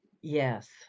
Yes